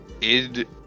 id